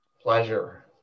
Pleasure